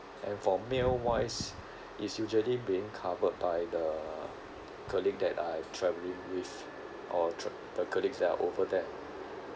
and for meal wise it's usually being covered by the colleague that I'm travelling with or tr~ the colleagues that are over there